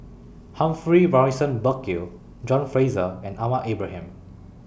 Humphrey Morrison Burkill John Fraser and Ahmad Ibrahim